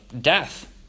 death